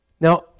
Now